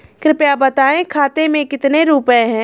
कृपया बताएं खाते में कितने रुपए हैं?